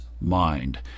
mind